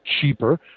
cheaper